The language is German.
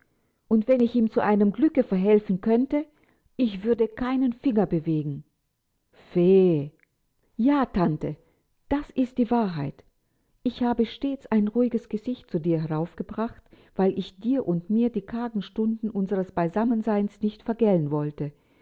und wenn ich ihm zu einem glücke verhelfen könnte ich würde keinen finger bewegen fee ja tante das ist die wahrheit ich habe stets ein ruhiges gesicht zu dir heraufgebracht weil ich dir und mir die kargen stunden unseres beisammenseins nicht vergällen wollte